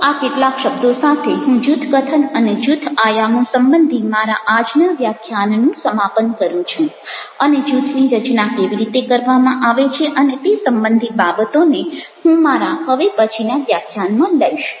તો આ કેટલાક શબ્દો સાથે હું જૂથ કથન અને જૂથ આયામો સંબંધી મારા આજના વ્યાખ્યાનનું સમાપન કરું છું અને જૂથની રચના કેવી રીતે કરવામાં આવે છે અને તે સંબંધી બાબતોને હું મારા હવે પછીના વ્યાખ્યાનમાં લઈશ